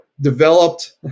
developed